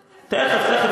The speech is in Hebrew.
תכף,